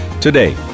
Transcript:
Today